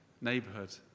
neighborhood